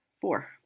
four